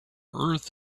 earth